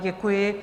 Děkuji.